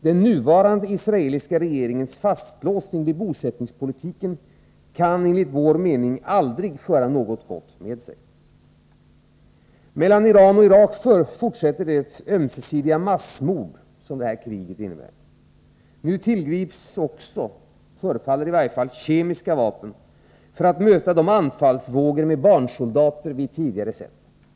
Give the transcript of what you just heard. Den nuvarande israeliska regeringens fastlåsning vid bosättningspolitiken kan enligt vår mening aldrig föra något gott med sig. Mellan Iran och Irak fortsätter det ömsesidiga massmord som kriget innebär. Nu tillgrips också, förefaller det i varje fall, kemiska vapen för att möta de anfallsvågor med barnsoldater som vi tidigare sett.